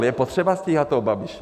Je potřeba stíhat toho Babiše.